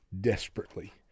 desperately